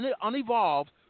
unevolved